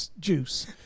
juice